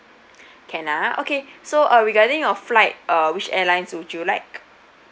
can ah okay so uh regarding your flight uh which airlines would you like